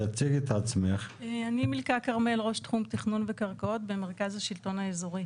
אני ראש תחום תכנון וקרקעות במרכז השלטון האזורי.